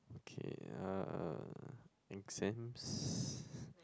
okay uh exams